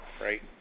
right